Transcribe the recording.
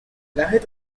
lazhet